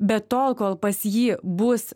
bet tol kol pas jį bus